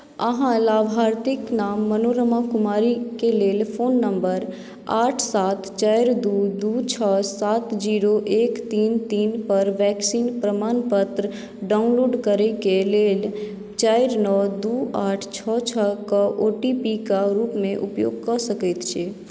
अहाँ लाभार्थीक नाम मनोरमा कुमारीके लेल फोन नम्बर आठ सात चारि दू दू छओ सात जीरो एक तीन तीनपर वैक्सीन प्रमाणपत्र डाउनलोड करैके लेल चारि नओ दू आठ छओ छओके ओ टी पी क रूपमे उपयोग कऽ सकैत छी